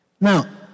Now